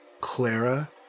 Clara